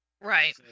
Right